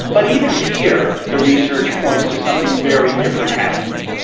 but even here, the research points to something very different happening.